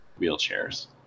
wheelchairs